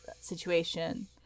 situation